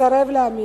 מסרב להאמין.